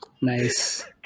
Nice